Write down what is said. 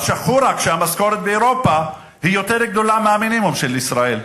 אז שכחו רק שהמשכורת באירופה היא יותר גדולה מהמינימום של ישראל.